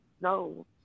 no